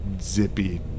zippy